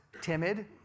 timid